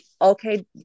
okay